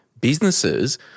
businesses